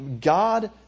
God